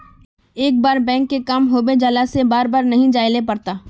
एक बार बैंक के काम होबे जाला से बार बार नहीं जाइले पड़ता?